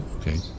Okay